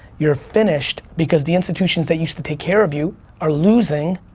you're finished, because the institutions that used to take care of you are losing,